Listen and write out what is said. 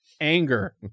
anger